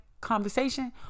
conversation